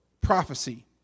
prophecy